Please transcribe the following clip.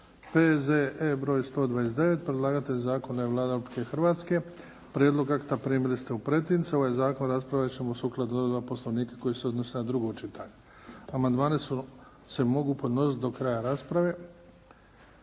P.Z.E. br. 129 Predlagatelj zakona je Vlada Republike Hrvatske. Prijedlog akta primili ste u pretince. Ovaj zakon raspravit ćemo sukladno odredbama Poslovnika koji se odnose na drugo čitanje. Amandmani se mogu podnositi do kraja rasprave.